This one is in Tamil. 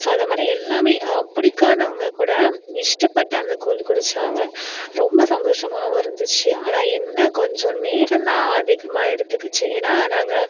ஸோ அது மாதிரி எல்லாமே பிடிக்காதவங்க கூட இஷ்டப்பட்டு அந்த கூழ் குடித்தாங்க ரொம்ப சந்தோஷமாகவும் இருந்துச்சு ஆனால் என்ன கொஞ்சம் நேரம் தான் அதிகமாக எடுத்துக்கிச்சு ஏன்னால் நாங்கள்